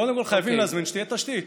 קודם כול חייבים להזמין כדי שתהיה תשתית.